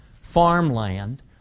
farmland